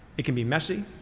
it can be messy,